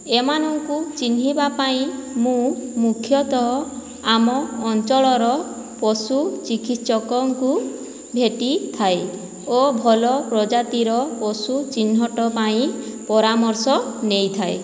ଏମାନଙ୍କୁ ଚିହ୍ନିବା ପାଇଁ ମୁଁ ମୁଖ୍ୟତଃ ଆମ ଅଞ୍ଚଳର ପଶୁ ଚିକିତ୍ସକଙ୍କୁ ଭେଟିଥାଏ ଓ ଭଲ ପ୍ରଜାତିର ପଶୁ ଚିହ୍ନଟ ପାଇଁ ପରାମର୍ଶ ନେଇଥାଏ